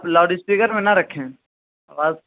loud speaker میں نہ رکھیں آواز